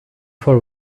for